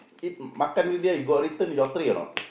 eat makan already you got return your tray or not